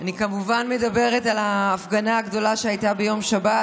אני כמובן מדברת על ההפגנה הגדולה שהייתה ביום שבת.